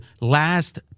last